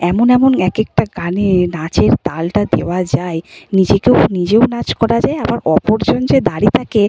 এমন এমন একেকটা গানে নাচের তালটা দেওয়া যায় নিজেকেও নিজেও নাচ করা যায় আবার অপরজন যে দাঁড়িয়ে থাকে